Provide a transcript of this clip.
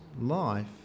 Life